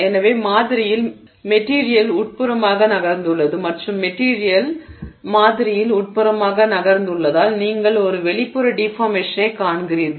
எனவே மாதிரியில் மெட்டிரியல் உட்புறமாக நகர்ந்துள்ளது மற்றும் மெட்டிரியல் மாதிரியில் உட்புறமாக நகர்ந்துள்ளதால் நீங்கள் ஒரு வெளிப்புற டிஃபார்மேஷனைக் காண்கிறீர்கள்